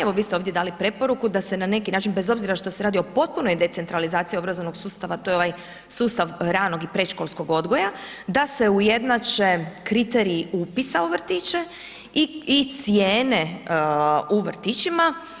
Evo vi ste ovdje dali preporuku da se na neki način bez obzira što se radi o potpunoj decentralizaciji obrazovnog sustava, to je ovaj sustav ranog i predškolskog odgoja, da se ujednače kriteriji upisa u vrtiće i cijene u vrtićima.